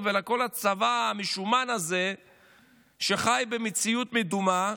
ולכל הצבא המשומן הזה שחי במציאות מדומה.